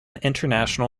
international